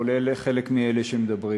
כולל חלק מאלה שמדברים.